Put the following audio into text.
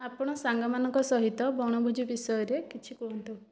ଆପଣ ସାଙ୍ଗମାନଙ୍କ ସହିତ ବଣଭୋଜି ବିଷୟରେ କିଛି କୁହନ୍ତୁ